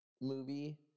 movie